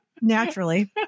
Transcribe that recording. naturally